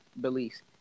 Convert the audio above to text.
Beliefs